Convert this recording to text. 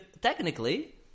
technically